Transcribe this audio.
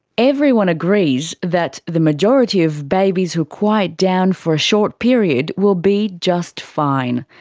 everyone agrees that the majority of babies who quiet down for a short period will be just fine.